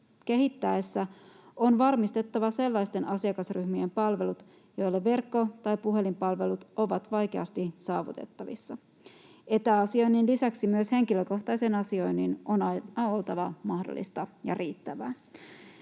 kehitettäessä on varmistettava sellaisten asiakasryhmien palvelut, joille verkko- tai puhelinpalvelut ovat vaikeasti saavutettavissa. Etäasioinnin lisäksi myös henkilökohtaisen asioinnin on oltava mahdollista ja riittävää.